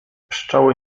pszczoły